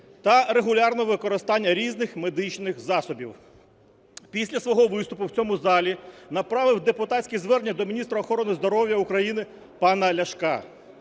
та регулярного використання різних медичних засобів. Після свого виступу в цьому залі направив депутатське звернення до міністра охорони здоров'я України пана Ляшка.